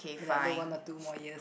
another one or two more years